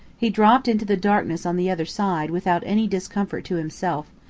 he dropped into the darkness on the other side without any discomfort to himself,